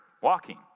walking